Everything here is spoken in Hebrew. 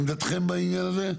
עמדתכם בעניין הזה?